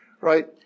right